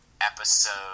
episode